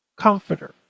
comforter